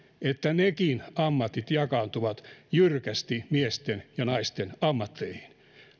että nekin ammatit jakautuvat jyrkästi miesten ja naisten ammatteihin